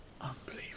Unbelievable